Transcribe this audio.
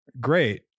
great